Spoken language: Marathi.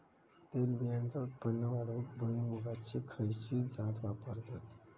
तेलबियांचा उत्पन्न वाढवूक भुईमूगाची खयची जात वापरतत?